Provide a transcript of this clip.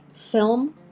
film